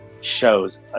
shows